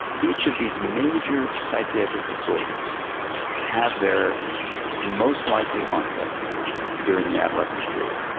each of these major psychiatric disorders have their most likely onset during the adolescent period.